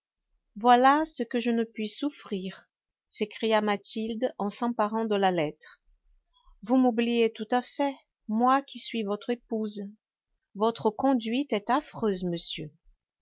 voilà ce que je ne puis souffrir s'écria mathilde en s'emparant de la lettre vous m'oubliez tout à fait moi qui suis votre épouse votre conduite est affreuse monsieur